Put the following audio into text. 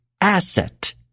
asset